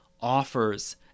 offers